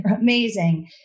amazing